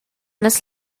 las